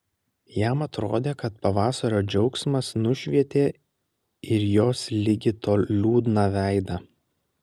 jam atrodė kad pavasario džiaugsmas nušvietė ir jos ligi tol liūdną veidą